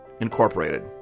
Incorporated